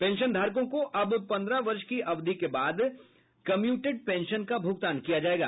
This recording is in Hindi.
पेंशनधारकों को अब पन्द्रह वर्ष की अवधि के बाद कम्यूटेड पेंशन का भुगतान किया जायेगा